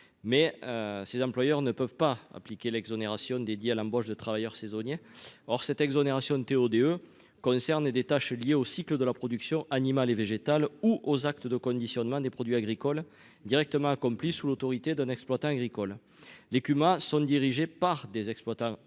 mais si employeurs ne peuvent pas appliquer l'exonération dédié à l'embauche de travailleurs saisonniers, or cette exonération TO-DE concerne et des tâches liées au cycle de la production animale et végétale ou aux actes de conditionnement des produits agricoles directement accomplie sous l'autorité d'un exploitant agricole, les Pumas sont dirigées par des exploitants agricoles